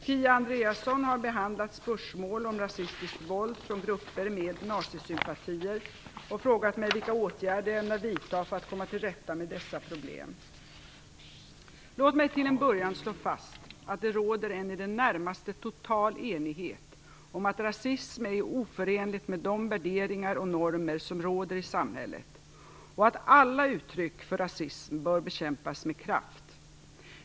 Kia Andreasson har behandlat spörsmål om rasistiskt våld från grupper med nazistsympatier och frågat mig vilka åtgärder jag ämnar vidta för att komma till rätta med dessa problem. Låt mig till en början slå fast att det råder en i det närmaste total enighet om att rasism är oförenlig med de värderingar och normer som råder i samhället och att alla uttryck för rasism bör bekämpas med kraft.